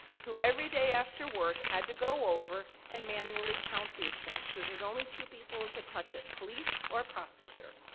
who everyday after work had to go over and manually count these things, cause there's only two people who could touch it, police or a prosecutor.